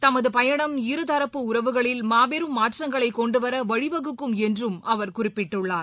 தமதுபயணம் இருதரப்பு உறவுகளில் மாபெரும் மாற்றங்களைகொண்டுவரவழிவகுக்கும் என்றும் அவர் குறிப்பிட்டுள்ளார்